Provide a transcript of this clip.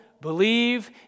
believe